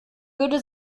würde